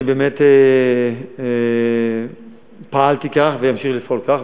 אני באמת פעלתי כך ואמשיך לפעול כך,